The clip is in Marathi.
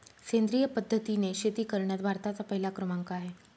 सेंद्रिय पद्धतीने शेती करण्यात भारताचा पहिला क्रमांक आहे